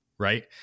Right